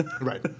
Right